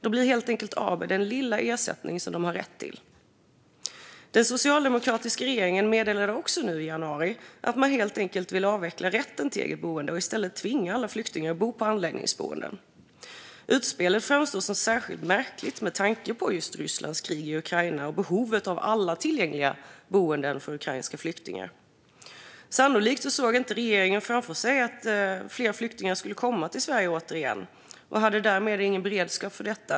De blir helt enkelt av med den lilla ersättning de har rätt till. Den socialdemokratiska regeringen meddelade också nu i januari att man helt vill avveckla rätten till eget boende och i stället tvinga alla flyktingar att bo på anläggningsboenden. Utspelet framstår som särskilt märkligt med tanke på Rysslands krig i Ukraina och behovet av alla tillgängliga boenden för ukrainska flyktingar. Sannolikt såg regeringen inte framför sig att fler flyktingar återigen skulle komma till Sverige och hade därmed ingen beredskap för detta.